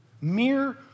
mere